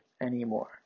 anymore